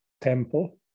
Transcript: temple